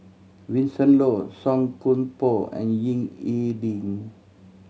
Vincent Leow Song Koon Poh and Ying E Ding